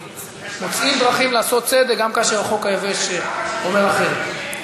מוצאים דרכים לעשות צדק גם כאשר החוק היבש אומר אחרת.